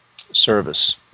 service